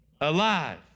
alive